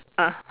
ah